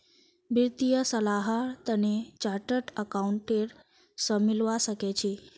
वित्तीय सलाहर तने चार्टर्ड अकाउंटेंट स मिलवा सखे छि